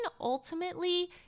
ultimately